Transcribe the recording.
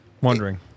Wondering